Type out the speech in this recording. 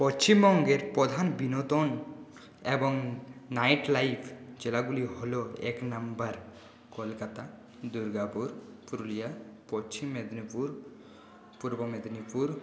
পশ্চিমবঙ্গের প্রধান বিনোদন এবং নাইট লাইফ জেলাগুলি হল এক নম্বর কলকাতা দুর্গাপুর পুরুলিয়া পশ্চিম মেদিনীপুর পূর্ব মেদিনীপুর